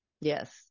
Yes